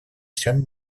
всем